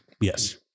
Yes